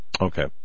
Okay